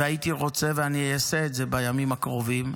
והייתי רוצה, ואני אעשה את זה בימים הקרובים,